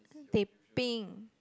teh peng